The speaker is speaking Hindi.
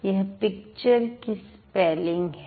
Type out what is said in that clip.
यह पिक्चर की स्पेलिंग है